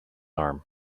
arm